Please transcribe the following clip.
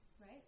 right